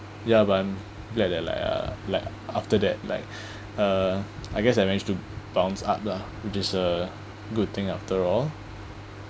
ya but I'm glad that like uh like after that like uh I guess I managed to bounce up lah which is a good thing after all